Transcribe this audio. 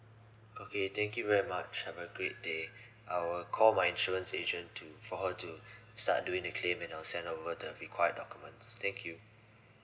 okay thank you very much have a great day I will call my insurance agent to for her to start doing the claim and I'll send over the required documents thank you